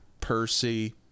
Percy